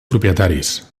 propietaris